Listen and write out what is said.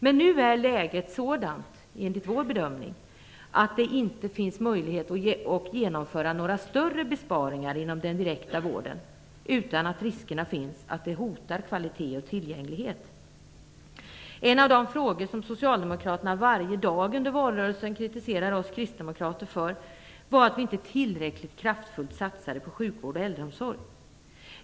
Men nu är läget enligt vår bedömning sådant att det inte finns möjlighet att genomföra några större besparingar inom den direkta vården utan att risk finns att det hotar kvalitet och tillgänglighet. En av de frågor som socialdemokraterna varje dag under valrörelsen kritiserade oss kristdemokrater för var att vi inte tillräckligt kraftfullt satsade på sjukvård och äldreomsorg.